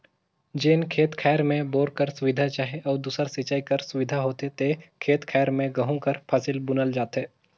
जेन खेत खाएर में बोर कर सुबिधा चहे अउ दूसर सिंचई कर सुबिधा होथे ते खेत खाएर में गहूँ कर फसिल बुनल जाथे